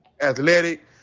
athletic